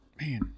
man